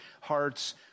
hearts